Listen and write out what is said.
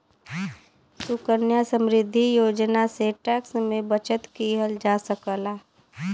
सुकन्या समृद्धि योजना से टैक्स में बचत किहल जा सकला